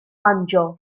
banjo